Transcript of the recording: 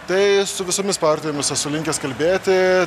tai su visomis partijomis esu linkęs kalbėti